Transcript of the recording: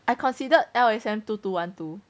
I considered L_S_M two two one two